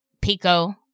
pico